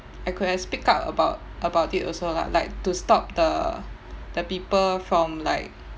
I could have speak up about about it also lah like to stop the the people from like